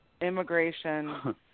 immigration